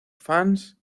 fans